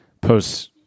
post